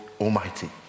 Almighty